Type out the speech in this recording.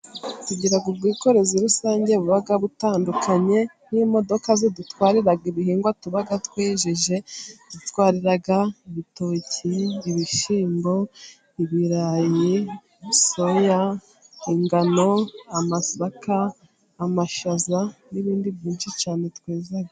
Tugira ubwikorezi rusange buba butandukanye n'imodoka zidutwarira ibihingwa tuba twejeje zidutwarira: ibitoki, ibishyimbo, ibirayi ,soya, ingano, amasaka, amashaza, n'ibindi byinshi cyane tweza.